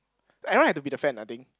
everyone had to be the fan I think